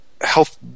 health